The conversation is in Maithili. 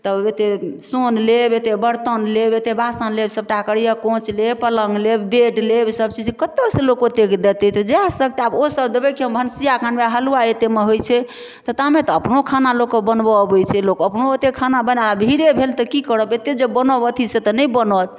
तऽ एतेक सोन लेब एतेक बर्तन लेब एतेक बासन लेब सबटा करैया कोच लेब पलँग लेब बेड लेब ईसब चीज कतऽसँ लोक ओतेक देतै तऽ जहए सकतै ओसब देबै कि हम भनसियाके अनबै आ हलुवाइ एतेकमे होइत छै तऽ ताहिमे तऽ अपनो खाना लोकके बनबै अबैत छै लोक अपनो एतेक खाना बनाए भीड़े भेल तऽ कि करब एतेक जे बनब अथि से नहि बनत